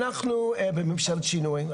אנחנו בממשלת שינוי,